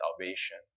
salvation